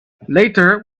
later